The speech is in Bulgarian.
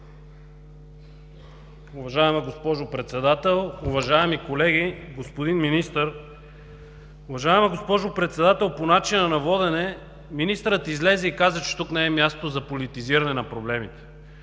Уважаема госпожо Председател, уважаеми колеги, господин Министър! Уважаема госпожо Председател, по начина на водене. Министърът излезе и каза, че тук не е мястото за политизиране на проблемите.